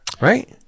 right